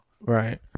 right